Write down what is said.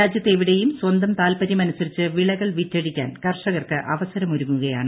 രാജ്യത്ത് എവിടെയും സ്വന്തം താൽപ്പരൃമനുസരിച്ച് വിളകൾ വിറ്റഴിക്കാൻ കർഷകർക്ക് അവസരമൊരുങ്ങുകയാണ്